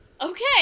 okay